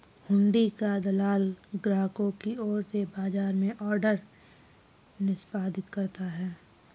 हुंडी का दलाल ग्राहकों की ओर से बाजार में ऑर्डर निष्पादित करता है